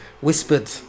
whispered